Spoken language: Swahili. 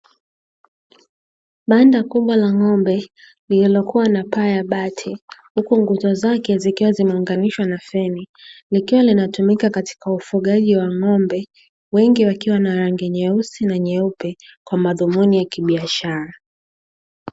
Banda kubwa la ng'ombe lililokuwa na paa ya bati huku nguzo zake zikiwa zimeunganishwa, na feni likiwa linatumika katika ufugaji wa ng'ombe wengi wakiwa na rangi nyeusi na nyeupe kwa madhumuni ya kibiashara.